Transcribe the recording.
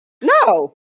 No